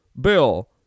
bill